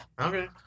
Okay